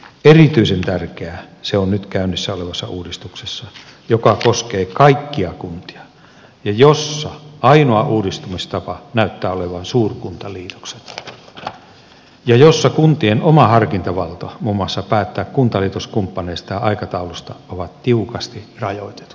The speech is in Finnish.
erityisen tärkeää se on nyt käynnissä olevassa uudistuksessa joka koskee kaikkia kuntia ja jossa ainoa uudistamistapa näyttävät olevan suurkuntaliitokset ja jossa kuntien oma harkintavalta muun muassa päättää kuntaliitoskumppaneista ja aikataulusta on tiukasti rajoitettu